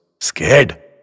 scared